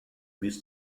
bis